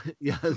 Yes